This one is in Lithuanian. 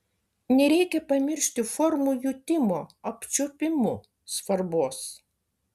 nereikia pamiršti formų jutimo apčiuopimu svarbos